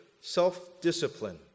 self-discipline